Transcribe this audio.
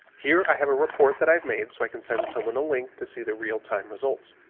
here i have a report that i've made so i can send someone a link to see the real-time results.